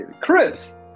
Chris